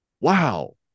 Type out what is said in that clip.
wow